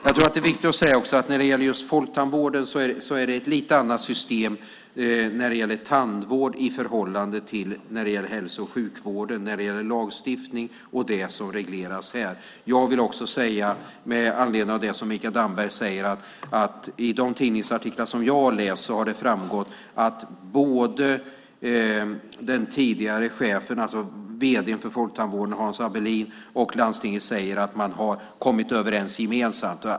Det är viktigt att säga att det är ett lite annat system för tandvård och folktandvården i förhållande till hälso och sjukvården i fråga om det som regleras i lagstiftning. Med anledning av det Mikael Damberg säger vill jag också säga att av de tidningsartiklar jag har läst har det framgått att både den tidigare vd:n för folktandvården, Hans Abelin, och landstinget säger att de har kommit överens gemensamt.